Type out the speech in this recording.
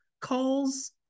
calls